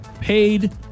paid